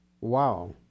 Wow